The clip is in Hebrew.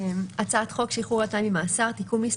"הצעת חוק שחרור על תנאי ממאסר (תיקון מס'